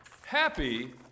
Happy